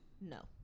No